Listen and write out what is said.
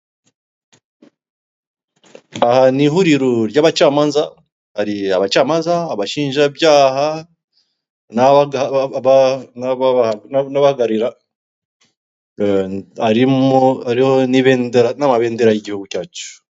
Aha n'ihuriro ry'abacamanza. Hari abacamanza, abashinjabyaha, hariho n'amabendera y'igihugu cyacu.